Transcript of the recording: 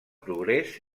progrés